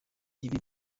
ibi